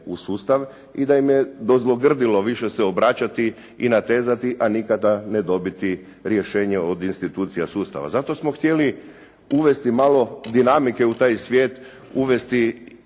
u sustav i da im dozlogrdilo više se obraćati i natezati, a nikada ne dobiti rješenje od institucije sustava. Zato smo htjeli uvesti malo dinamike u taj svijet, uvesti